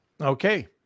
Okay